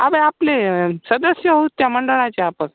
अबे आपले सदस्य आहोत त्या मंडळाचे आपण